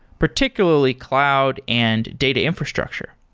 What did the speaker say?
particularly cloud and data infrastructure.